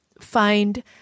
find